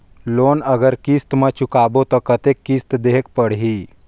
Loan अगर किस्त म चुकाबो तो कतेक किस्त देहेक पढ़ही?